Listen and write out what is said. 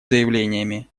заявлениями